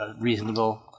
reasonable